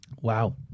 Wow